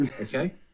okay